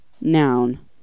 noun